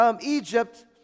Egypt